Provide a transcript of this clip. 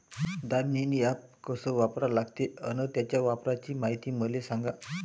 Damini app कस वापरा लागते? अन त्याच्या वापराची मायती मले सांगा